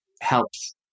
helps